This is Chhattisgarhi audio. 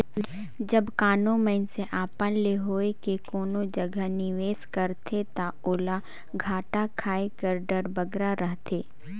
जब कानो मइनसे अपन ले होए के कोनो जगहा निवेस करथे ता ओला घाटा खाए कर डर बगरा रहथे